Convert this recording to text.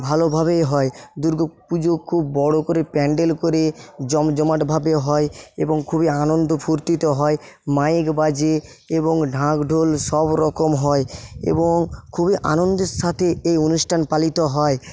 ভালোভাবেই হয় দুর্গাপুজো খুব বড়ো করে প্যান্ডেল করে জমজমাটভাবে হয় এবং খুবই আনন্দ ফুর্তিতে হয় মাইক বাজে এবং ঢাক ঢোল সবরকম হয় এবং খুবই আনন্দের সাথে এই অনুষ্ঠান পালিত হয়